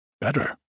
better